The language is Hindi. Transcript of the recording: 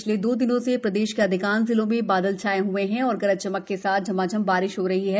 पिछले दो दिनों से प्रदेश के अधिकांश जिलों में बादल छाए हए हैं और गरज चमक के साथा झमाझम बारिश हो रही है